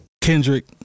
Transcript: Kendrick